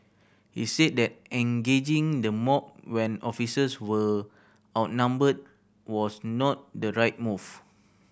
he said that engaging the mob when officers were outnumbered was not the right move